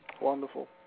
Wonderful